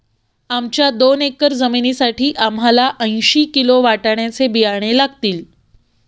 आमच्या दोन एकर जमिनीसाठी आम्हाला ऐंशी किलो वाटाण्याचे बियाणे लागतील